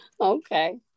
okay